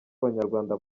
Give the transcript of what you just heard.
abanyarwanda